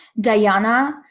Diana